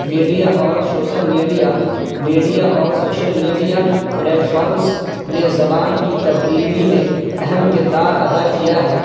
media اور social media media اور social media platforms نے زبان کی تبدیلی میں اہم کردار ادا کیا ہے